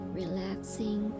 relaxing